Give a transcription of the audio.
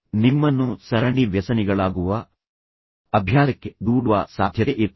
ನಿಮ್ಮನ್ನು ಸರಣಿ ವ್ಯಸನಿಗಳಾಗುವ ಅಭ್ಯಾಸಕ್ಕೆ ದೂಡುವ ಸಾಧ್ಯತೆಯಿರುತ್ತದೆ